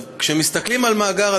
כשמסתכלים על מאגר,